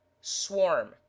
Swarm